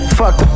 fuck